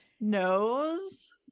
knows